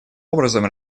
образом